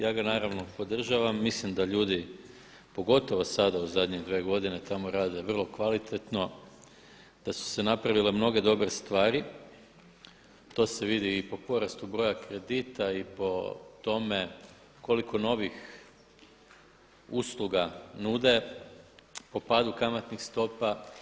Ja ga naravno podržavam, mislim da ljudi, pogotovo sada u zadnje dvije godine tamo rade vrlo kvalitetno, da su se napravile mnoge dobre stvari, to se vidi i po porastu broja kredita i po tome koliko novih usluga nude, po padu kamatnih stopa.